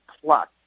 plus